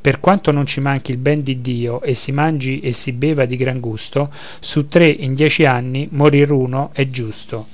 per quanto non ci manchi il ben di dio e si mangi e si beva di gran gusto su tre in dieci anni morir uno è giusto